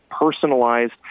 personalized